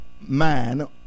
man